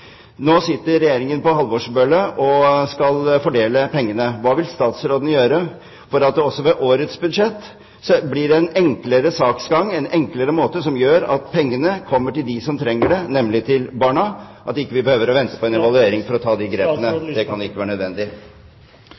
på Thorbjørnrud og fordelt pengene. Hva vil statsråden gjøre for at det også med hensyn til årets budsjett blir en enklere saksgang, en enklere måte, som gjør at pengene kommer til dem som trenger det, nemlig barna? Det kan ikke være nødvendig å vente på en evaluering for å ta disse grepene.